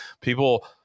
people